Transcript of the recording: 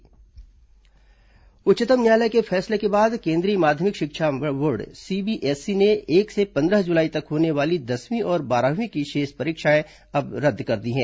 CBSE परीक्षा उच्चतम न्यायालय के फैसले के बाद केन्द्रीय माध्यमिक शिक्षा बोर्ड सीबीएसई ने एक से पन्द्रह जुलाई तक होने वाली दसवीं और बारहवीं की शेष अब रद्द कर दी हैं